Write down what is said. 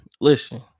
listen